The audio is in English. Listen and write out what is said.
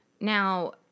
Now